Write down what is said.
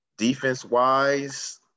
Defense-wise